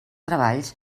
treballs